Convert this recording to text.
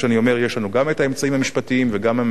יש לנו גם האמצעים המשפטיים וגם המדיניים